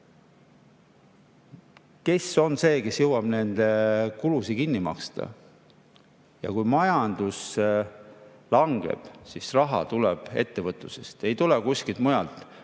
Kes on see, kes jõuab nende kulud kinni maksta? Kui majandus langeb, siis tuleb raha ettevõtlusest, ei tule kuskilt mujalt.